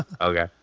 Okay